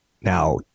Now